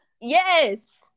Yes